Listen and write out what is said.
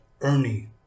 Ernie